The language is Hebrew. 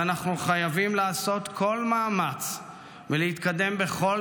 ואנחנו חייבים לעשות כל מאמץ ולהתקדם בכל